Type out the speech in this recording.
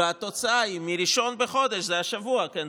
והתוצאה היא, מ-1 בחודש, שזה השבוע, כן?